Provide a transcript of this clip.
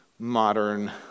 Modern